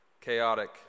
chaotic